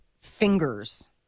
fingers